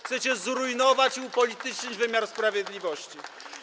Chcecie zrujnować i upolitycznić wymiar sprawiedliwości.